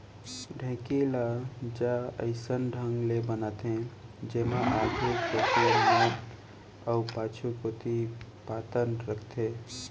ढेंकी ज अइसन ढंग ले बनाथे जेमा आघू कोइत मोठ अउ पाछू कोइत पातन रथे